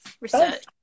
research